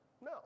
No